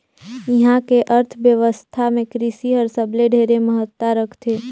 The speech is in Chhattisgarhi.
इहां के अर्थबेवस्था मे कृसि हर सबले ढेरे महत्ता रखथे